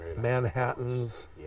Manhattans